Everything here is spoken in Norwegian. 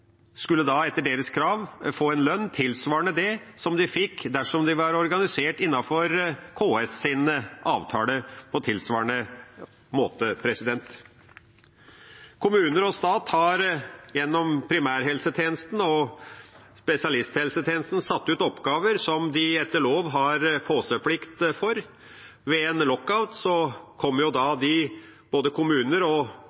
skulle få en lønn tilsvarende det som de hadde fått dersom de var organisert innenfor KS’ avtale på tilsvarende måte. Kommuner og stat har gjennom primærhelsetjenesten og spesialisthelsetjenesten satt ut oppgaver som de etter loven har påseplikt for. Ved en lockout her kom både kommuner og